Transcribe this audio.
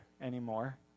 anymore